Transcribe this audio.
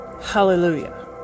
Hallelujah